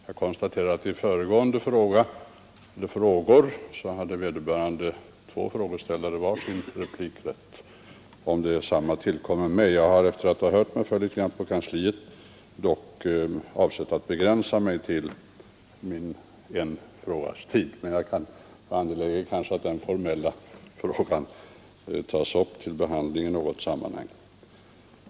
Jag konstaterar att när det gällde föregående frågor hade vederbörande två frågeställare var sin replikrätt, och jag undrar om samma tid tillkommer mig. Efter att ha hört mig för litet grand på kansliet har jag dock avsett att begränsa mig till tiden för en fråga. Men det kan kanske vara angeläget att den formella frågeställningen tas upp till behandling i något sammanhang.